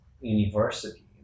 university